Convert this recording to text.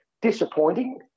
disappointing